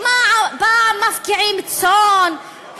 פעם מפקיעים צאן,